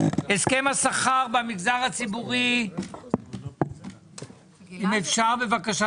יישום הסכם השכר במגזר הציבורי על הסייעות בגני הילדים.